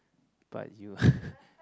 but you